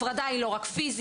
הפרדה היא לא רק פיסית,